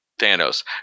Thanos